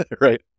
right